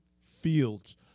Fields